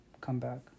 comeback